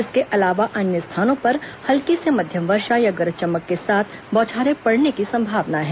इसके अलावा अन्य स्थानों पर हल्की से मध्यम वर्षा या गरज चमक के साथ बौछारे पड़ने की संभावना है